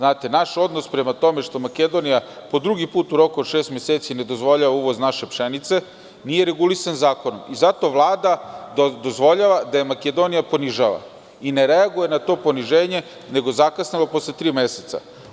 Naš odnos prema tome što Makedonija po drugi put u roku od šest meseci ne dozvoljava uvoz naše pšenice nije regulisan zakonom i zato Vlada dozvoljava da je Makedonija ponižava i ne reaguje na to poniženje, nego zakasnelo, posle tri meseca.